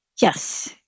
Yes